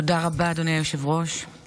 תודה רבה, אדוני היושב-ראש.